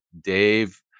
Dave